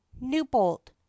newbolt